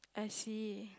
I see